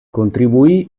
contribuì